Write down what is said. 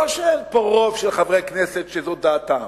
לא שאין פה רוב של חברי כנסת שזו דעתם,